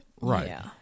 right